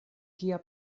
kia